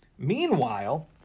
Meanwhile